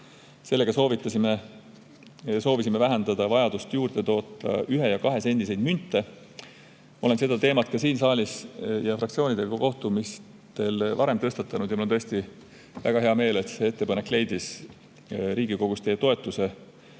Sellega soovisime vähendada vajadust juurde toota ühe- ja kahesendiseid münte. Olen seda teemat ka varem siin saalis ja fraktsioonidega kohtumistel tõstatanud ja mul on tõesti väga hea meel, et see ettepanek leidis Riigikogus teie toetuse